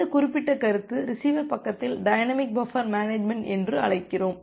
இந்த குறிப்பிட்ட கருத்து ரிசீவர் பக்கத்தில் டைனமிக் பஃபர் மேனேஜ்மென்ட் என்று அழைக்கிறோம்